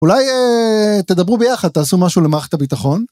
אולי תדברו ביחד, תעשו משהו למערכת הביטחון.